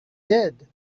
did